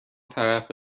طرف